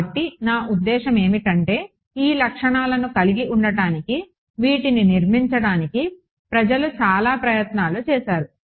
కాబట్టి నా ఉద్దేశ్యం ఏమిటంటే ఈ లక్షణాలను కలిగి ఉండటానికి వీటిని నిర్మించడానికి ప్రజలు చాలా ప్రయత్నాలు చేశారు